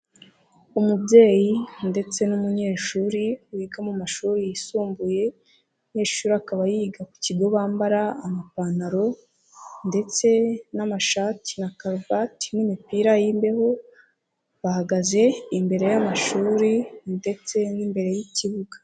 Umubyeyi ndetse n'umunyeshuri wiga mu mashuri yisumbuye, umunyeshuri shuri akaba yiga ku kigo bambara amapantaro ndetse n'amashati na karuvati n'imipira y'imbeho, bahagaze imbere y'amashuri ndetse n'imbere y'ikibuga.